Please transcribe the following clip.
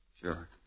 Sure